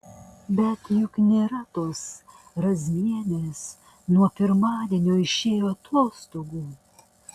bet juk nėra tos razmienės nuo pirmadienio išėjo atostogų